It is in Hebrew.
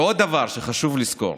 ועוד דבר שחשוב לזכור,